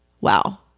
wow